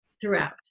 throughout